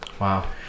Wow